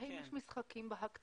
האם יש משחקים בהקצאות?